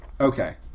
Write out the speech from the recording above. Okay